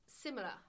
similar